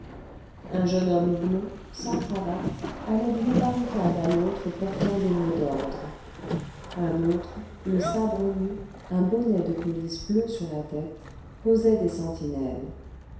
un jeune homme blond sans cravate allait d'une barricade à l'autre portant des mots d'ordre un autre le sabre nu un bonnet de police bleu sur la tête posait des sentinelles